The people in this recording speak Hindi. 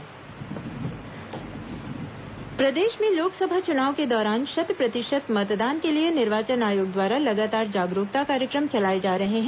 मतदाता जागरूकता कार्यक्रम प्रदेश में लोकसभा चुनाव के दौरान शत प्रतिशत मतदान के लिए निर्वाचन आयोग द्वारा लगातार जागरूकता कार्यक्रम चलाए जा रहे हैं